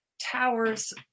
towers